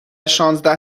شانزده